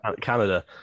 Canada